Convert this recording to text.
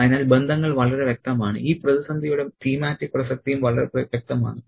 അതിനാൽ ബന്ധങ്ങൾ വളരെ വ്യക്തമാണ് ഈ പ്രതിസന്ധിയുടെ തീമാറ്റിക് പ്രസക്തിയും വളരെ വ്യക്തമാണ്